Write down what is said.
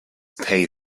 pay